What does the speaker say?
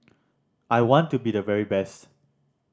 I want to be the very best